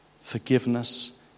Forgiveness